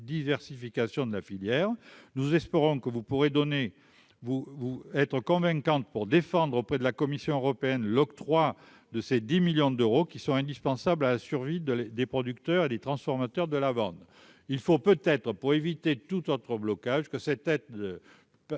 diversification de la filière, nous espérons que vous pourrez donner ou être convaincante pour défendre auprès de la Commission européenne l'octroi de ces 10 millions d'euros qui sont indispensables à la survie de l'des producteurs et des transformateurs de la bande, il faut peut-être pour éviter toute autre blocage que cette tête